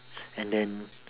and then